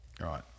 Right